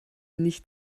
nicht